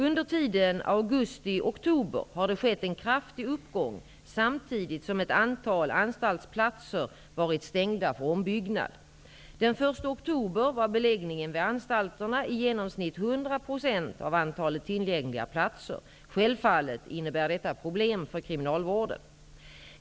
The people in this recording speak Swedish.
Under tiden augusti--oktober har det skett en kraftig uppgång samtidigt som ett antal anstaltsplatser varit stängda för ombyggnad. Den 1 oktober var beläggningen vid anstalterna i genomsnitt 100 % av antalet tillgängliga platser. Självfallet innebär detta problem för kriminalvården.